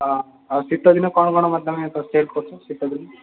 ହଁ ଆଉ ଶୀତଦିନେ କ'ଣ କ'ଣ ଭଲ ସେଲ୍ କରୁଛ ଶୀତଦିନେ